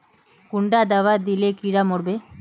कुंडा दाबा दिले कीड़ा मोर बे?